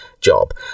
job